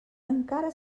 encara